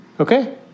Okay